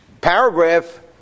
paragraph